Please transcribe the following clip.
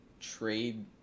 trade